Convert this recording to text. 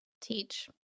Teach